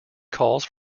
calls